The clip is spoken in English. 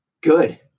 good